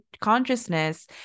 consciousness